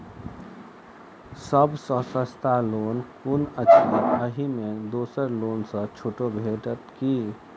सब सँ सस्ता लोन कुन अछि अहि मे दोसर लोन सँ छुटो भेटत की?